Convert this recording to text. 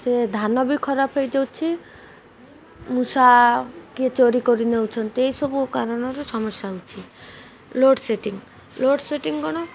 ସେ ଧାନ ବି ଖରାପ ହେଇଯାଉଛି ମୂଷା କିଏ ଚୋରି କରି ନେଉଛନ୍ତି ଏଇସବୁ କାରଣର ସମସ୍ୟା ହେଉଛି ଲୋଡ଼୍ ସେଟିଂ ଲୋଡ଼୍ ସେଟିଂ କ'ଣ